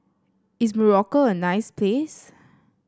is Morocco a nice place